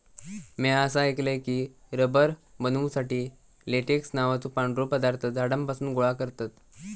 म्या असा ऐकलय की, रबर बनवुसाठी लेटेक्स नावाचो पांढरो पदार्थ झाडांपासून गोळा करतत